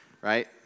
right